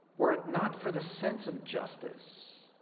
were it not for the sense of justice,